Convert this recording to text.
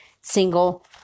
single